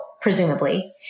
presumably